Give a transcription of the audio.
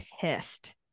pissed